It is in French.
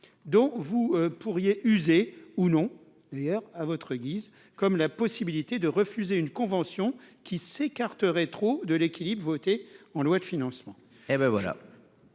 dont vous pourriez user ou non hier à votre guise, comme la possibilité de refuser une convention qui s'écarterait trop de l'équilibre, voté en loi de financement.